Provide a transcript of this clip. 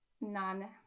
None